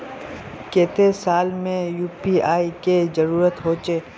केते साल में यु.पी.आई के जरुरत होचे?